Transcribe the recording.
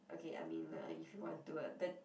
okay I mean uh if you want do a turn